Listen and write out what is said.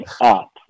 up